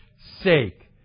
sake